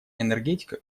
энергетика